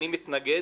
אני מתנגד.